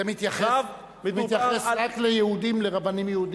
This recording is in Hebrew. זה מתייחס רק לרבנים יהודים פה?